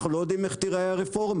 אנחנו לא יודעים איך תיראה הרפורמה.